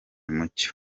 mucyo